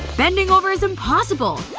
bending over is impossible.